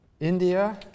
India